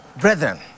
brethren